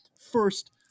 first